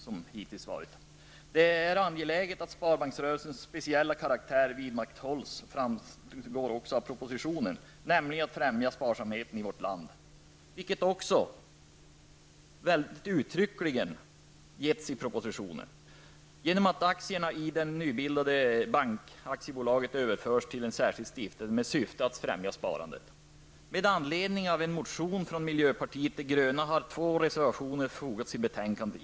Att det är angeläget att vidmakthålla sparbanksrörelsens speciella karaktär, nämligen att främja sparsamheten i vårt land, framgår tydligt av propositionen, där det föreslås att aktierna i det nybildade bankaktiebolaget överförs till en särskild stiftelse med syfte att främja sparandet. Med anledning av en motion från miljöpartiet de gröna har två reservationer fogats till betänkandet.